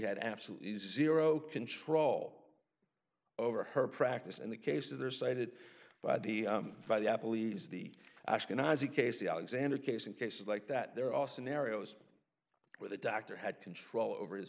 had absolutely zero control over her practice and the cases are cited by the by the apple e's the ashkenazi casey alexander case and cases like that there are scenarios where the doctor had control over his